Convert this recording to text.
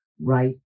right